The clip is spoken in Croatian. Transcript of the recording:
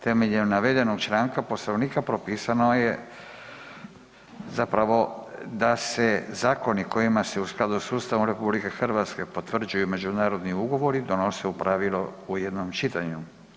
Temeljem navedenog članka Poslovnika propisano je, zapravo da se zakoni kojima se u skladu s Ustavom RH potvrđuju međunarodni ugovori donose u pravilu u jednom čitanju.